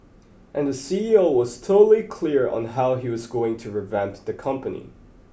and the C E O was totally clear on how he was going to revamp the company